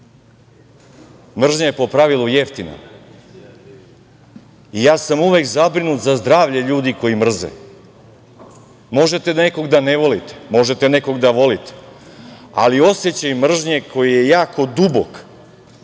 je, po pravilu, jeftina i ja sam uvek zabrinut za zdravlje ljudi koji mrze. Možete nekog da ne volite, možete nekog da volite, ali osećaj mržnje, koji je jako dubok,